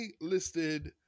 listed